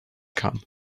come